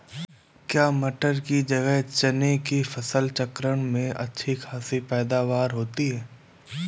क्या मटर की जगह चने की फसल चक्रण में अच्छी खासी पैदावार होती है?